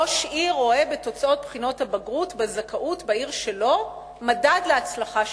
ראש עיר רואה בתוצאות בחינות הבגרות ובזכאות בעיר שלו מדד להצלחה שלו.